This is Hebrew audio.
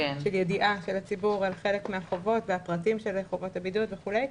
של יידוע הציבור על חלק מהחובות והפרטים של חובות הבידוד וכולי.